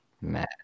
mad